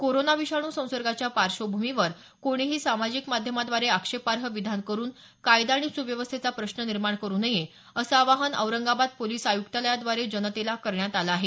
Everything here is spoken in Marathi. कोरोना विषाणू संसर्गाच्या पार्श्वभूमीवर कोणीही सामाजिक माध्यमाद्वारे आक्षेपार्ह विधाने करून कायदा आणि सुव्यवस्थेचा प्रश्न निर्माण करू नये असं आवाहन औरंगाबाद पोलीस आयुक्तालयाद्वारे जनतेला करण्यात आलं आहे